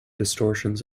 distortions